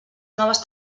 noves